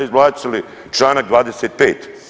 izbacili članak 25.